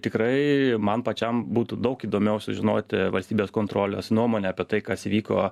tikrai man pačiam būtų daug įdomiau sužinoti valstybės kontrolės nuomonę apie tai kas vyko